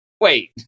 wait